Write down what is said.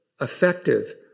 effective